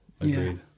Agreed